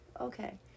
Okay